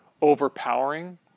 overpowering